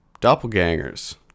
Doppelgangers